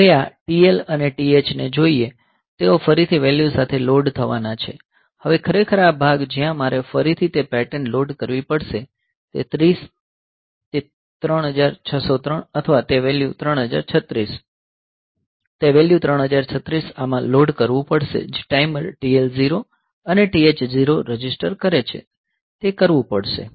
હવે આ TL અને TH ને જોઈએ તેઓ ફરીથી વેલ્યુ સાથે લોડ થવાના છે હવે ખરેખર આ ભાગ જ્યાં મારે ફરીથી તે પેટર્ન લોડ કરવી પડશે તે 30 તે 3603 અથવા તે વેલ્યુ 3036 તે વેલ્યુ 3036 આમાં લોડ કરવું પડશે જે ટાઈમર TL0 અને TH0 રજીસ્ટર કરે છે તે કરવું પડશે